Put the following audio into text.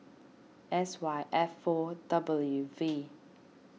S Y F four W V